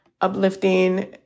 uplifting